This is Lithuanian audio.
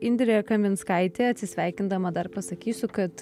indrė kaminskaitė atsisveikindama dar pasakysiu kad